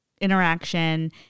interaction